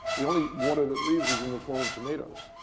the only water that leaves is in the form of tomatoes.